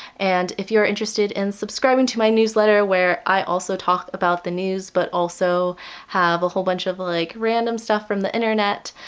and if you are interested in subscribing to my newsletter where i also talk about the news but also have a whole bunch of like random stuff from the internet,